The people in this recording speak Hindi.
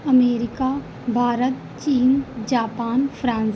अमेरिका भारत चीन जापान फ्रांस